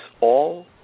all-